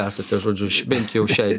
esate žodžiu bent jau šiai